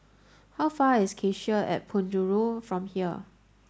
how far is Cassia at Penjuru from here